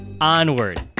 Onward